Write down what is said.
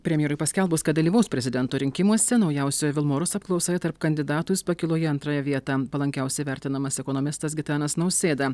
premjerui paskelbus kad dalyvaus prezidento rinkimuose naujausioje vilmorus apklausoje tarp kandidatų jis pakilo į antrąją vietą palankiausiai vertinamas ekonomistas gitanas nausėda